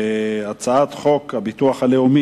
אני קובע שהצעת חוק פיצויי פיטורים